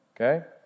Okay